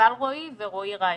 רואי ואת רועי רייכר.